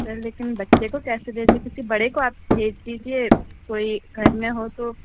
سر لیکن بچے کو کیسے بھیجتے کیوں کہ بڑے کو آپ بھیج دیجیے کوئی گھر میں ہو تو